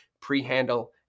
pre-handle